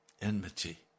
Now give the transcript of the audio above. enmity